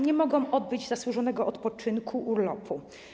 Nie mogą odbyć zasłużonego odpoczynku, urlopu.